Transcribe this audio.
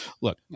Look